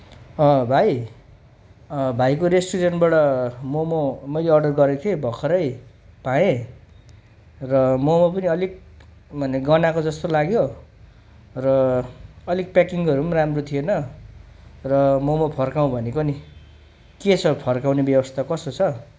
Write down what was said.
भाइ भाइको रेस्टुरेन्टबाट मोमो मैले अर्डर गरेको थिएँ भर्खरै पाएँ र मोमो पनि अलिक माने गनाएको जस्तो लाग्यो र अलिक प्याकिङहरू पनि राम्रो थिएन र मोमो फर्काउँँ भनेको नि के छ फर्काउने व्यवस्था कस्तो छ